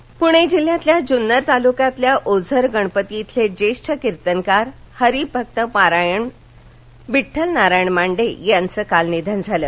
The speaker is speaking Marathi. निधन पूणे जिल्ह्यातल्या जून्नर तालुक्यातल्या ओझर गणपती इथले ज्येष्ठ कीर्तनकार हरी भक्त पारायण विठ्ठल नारायण मांडे यांचं काल निधन झालं